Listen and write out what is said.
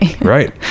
right